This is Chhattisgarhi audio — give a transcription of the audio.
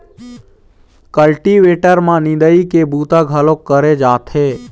कल्टीवेटर म निंदई के बूता घलोक करे जाथे